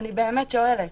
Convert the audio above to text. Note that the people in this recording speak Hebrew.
אני באמת שואלת.